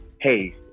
hey